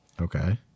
Okay